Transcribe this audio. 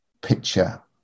picture